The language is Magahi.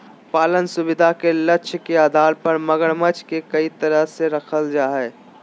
पालन सुविधा के लक्ष्य के आधार पर मगरमच्छ के कई तरह से रखल जा हइ